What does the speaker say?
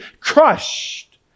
crushed